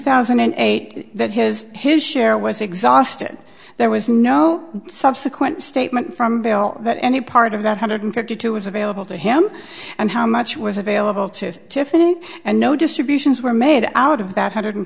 thousand and eight that his his share was exhausted there was no subsequent statement from bill that any part of that hundred fifty two was available to him and how much was available to tiffany and no distributions were made out of that hundred